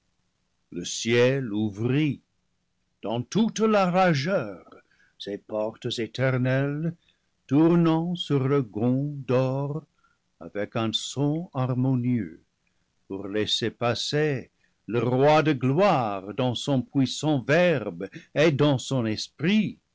le ciel ouvrit dans toute leur largeur ses portes éternelles tour nant sur leurs gonds d'or avec un son harmonieux pour laisser passer le roi de gloire dans son puissant verbe et dans son esprit